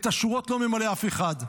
את השורות לא ממלא אף אחד.